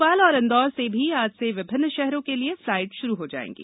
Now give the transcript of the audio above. भोपाल और इंदौर से भी आज से विभिन्न शहरों के लिए फ्लाइट श्रू हो जाएंगी